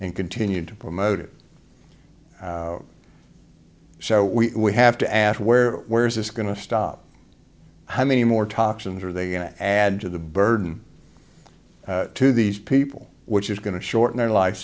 and continued to promote it so we have to ask where where is this going to stop how many more toxins are they going to add to the burden to these people which is going to shorten their life